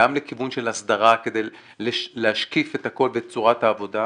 גם לכיוון של הסדרה כדי להשקיף את הכל בצורת העבודה,